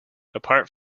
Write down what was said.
apart